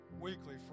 weekly